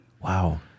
Wow